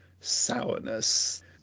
sourness